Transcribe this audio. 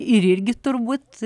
ir irgi turbūt